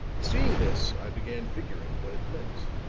seeing this, i began figuring what it meant.